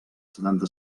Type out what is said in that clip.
setanta